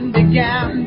began